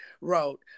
wrote